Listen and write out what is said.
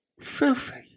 Filthy